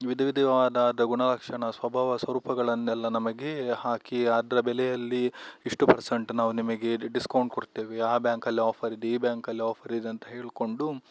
ವಿಧವಿಧವಾದ ಆದ ಗುಣಲಕ್ಷಣ ಸ್ವಭಾವ ಸ್ವರೂಪಗಳನ್ನೆಲ್ಲ ನಮಗೆ ಹಾಕಿ ಅದರ ಬೆಲೆಯಲ್ಲಿ ಇಷ್ಟು ಪರ್ಸಂಟ್ ನಾವು ನಿಮಗೆ ಡಿಸ್ಕೌಂಟ್ ಕೊಡ್ತೇವೆ ಆ ಬ್ಯಾಂಕಲ್ಲಿ ಆಫರಿದೆ ಈ ಬ್ಯಾಂಕಲ್ಲಿ ಆಫರಿದೆ ಅಂತ ಹೇಳಿಕೊಂಡು